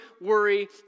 worry